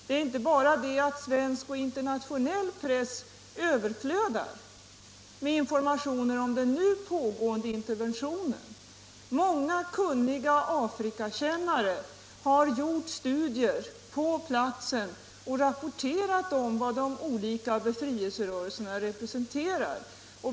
Det är inte bara det att svensk och internationell press överflödar av informationer om den nu pågående interventionen, utan många kunniga afrikakännare har gjort studier på platsen och rapporterat om vad de olika befrielserörelserna representerar.